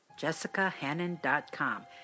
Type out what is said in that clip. JessicaHannon.com